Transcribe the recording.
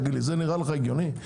זה נראה לך הגיוני?